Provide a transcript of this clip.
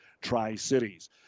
Tri-Cities